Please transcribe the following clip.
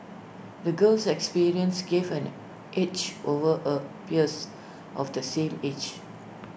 the girl's experiences gave an edge over A peers of the same age